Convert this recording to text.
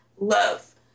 love